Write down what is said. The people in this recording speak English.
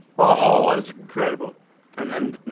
oh, that was incredible and then